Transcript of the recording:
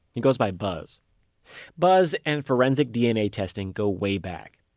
he goes by buzz buzz and forensic dna testing go way back.